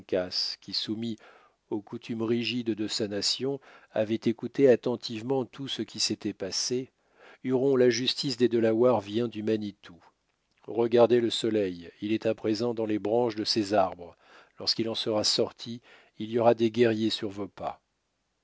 qui soumis aux coutumes rigides de sa nation avait écouté attentivement tout ce qui s'était passé huron la justice des delawares vient du manitou regardez le soleil il est à présent dans les branches de ces arbres lorsqu'il en sera sorti il y aura des guerriers sur vos pas